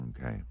okay